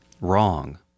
wrong